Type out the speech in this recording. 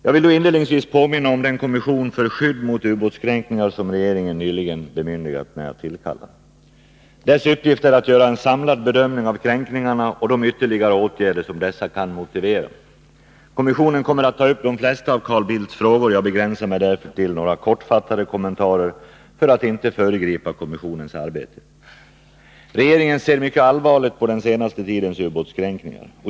Jag vill inledningsvis påminna om den kommission för skydd mot ubåtskränkningar som regeringen nyligen bemyndigat mig tillkalla. Dess uppgift är att göra en samlad bedömning av kränkningarna och de ytterligare åtgärder som dessa kan motivera. Kommissionen kommer att ta upp de flesta av Carl Bildts frågor. Jag begränsar mig därför till några kortfattade kommentarer för att inte föregripa kommissionens arbete. Regeringen ser mycket allvarligt på den senaste tidens ubåtskränkningar.